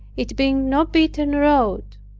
it being no beaten road.